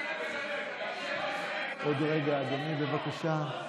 להרעיב ילדים, עוד רגע, אדוני, בבקשה.